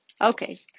Okay